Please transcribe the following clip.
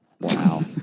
Wow